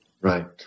Right